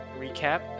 Recap